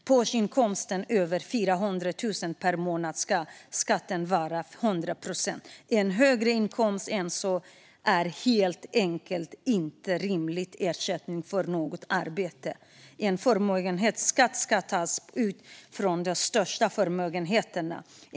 På årsinkomsten för den som tjänar över 400 000 kronor per månad ska den vara 100 procent. En högre inkomst än så är helt enkelt inte en rimlig ersättning för något arbete. En förmögenhetsskatt ska tas ut på de största förmögenheterna.